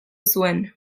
zuen